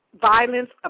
violence